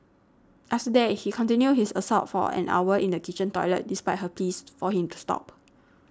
after that he continued his assault for an hour in the kitchen toilet despite her pleas for him to stop